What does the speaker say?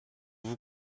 vous